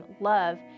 love